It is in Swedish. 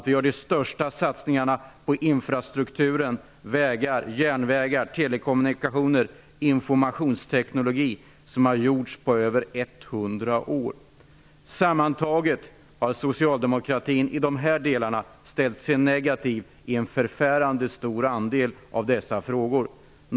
Vi gör de största satsningarna på infrastrukturen -- vägar, järnvägar, telekommunikationer, informationsteknologi -- som har gjorts på över 100 år. Socialdemokratin har ställt sig negativ i en förfärande stor andel av dessa frågor.